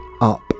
up